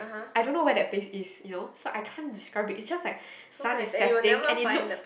I don't know where that place is you know so I can't describe it it's just like sun is setting and it looks